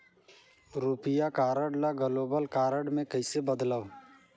रुपिया कारड ल global card मे कइसे बदलव?